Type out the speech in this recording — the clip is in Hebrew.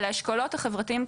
על האשכולות החברתיים,